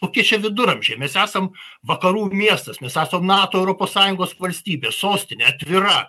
kokie čia viduramžiai mes esam vakarų miestas mes esam nato europos sąjungos valstybė sostinė atvira